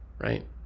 right